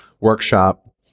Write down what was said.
workshop